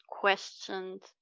questioned